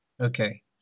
Okay